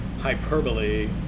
hyperbole